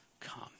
come